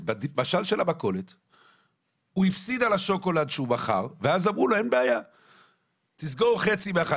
יש דיון מול משרד האוצר לגבי היכולת לבצע מבחני תמיכה חדשים